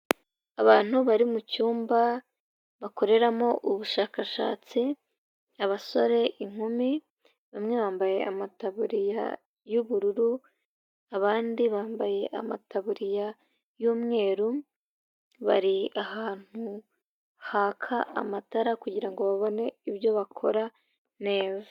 Abantu bari mu cyumba bakoreramo ubushakashatsi, abasore, inkumi, bamwe bambaye amataburiya y'ubururu, abandi bambaye amataburiya y'umweru, bari ahantu haka amatara kugira ngo babone ibyo bakora neza.